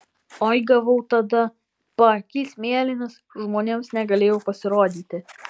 oi gavau tada paakys mėlynas žmonėms negalėjau pasirodyti